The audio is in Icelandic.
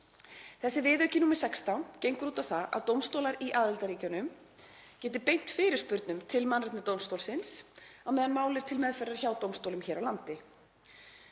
Þessi viðauki, nr. 16, gengur út á það að dómstólar í aðildarríkjunum geti beint fyrirspurnum til Mannréttindadómstólsins á meðan mál er til meðferðar hjá dómstólum hér á landi.